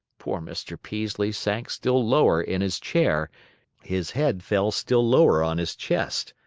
poor mr. peaslee sank still lower in his chair his head fell still lower on his chest.